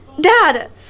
Dad